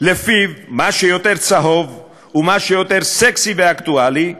שלפיו מה שיותר צהוב ומה שיותר סקסי ואקטואלי,